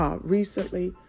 recently